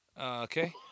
okay